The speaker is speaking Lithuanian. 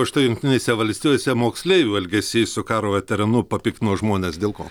o štai jungtinėse valstijose moksleivių elgesys su karo veteranu papiktino žmones dėl ko